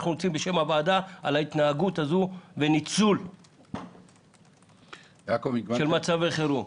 אנחנו נוציא בשם הוועדה על ההתנהגות הזו ועל ניצול של מצבי חירום.